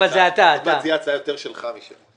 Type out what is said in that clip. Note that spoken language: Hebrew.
זו הצעה יותר שלך משלי.